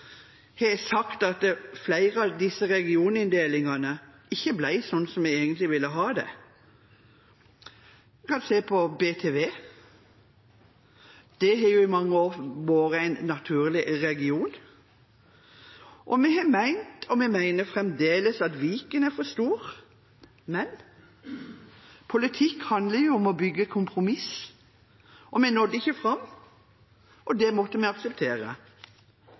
har sagt at flere av disse regioninndelingene ikke ble slik som vi egentlig ville ha det. Vi kan se på BTV – Buskerud, Telemark og Vestfold – det har i mange år vært en naturlig region. Vi har ment og mener fremdeles at Viken er for stor. Men politikk handler om å bygge kompromiss. Vi nådde ikke fram, og det må vi akseptere.